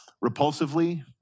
repulsively